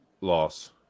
Loss